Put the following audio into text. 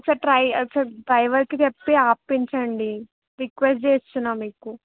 ఒకసారి డ్రైవర్ కి చెప్పి ఆపించండి రిక్వెస్ట్ చేస్తున్నా మీకు